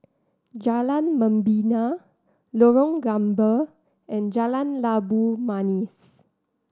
Jalan Membina Lorong Gambir and Jalan Labu Manis